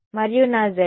మరియు నా z